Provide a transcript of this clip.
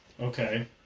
Okay